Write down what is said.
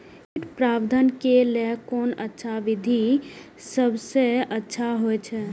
कीट प्रबंधन के लेल कोन अच्छा विधि सबसँ अच्छा होयत अछि?